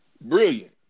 Brilliant